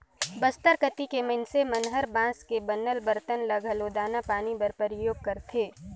बस्तर कति के मइनसे मन हर बांस के बनल बरतन ल घलो दाना पानी बर परियोग करथे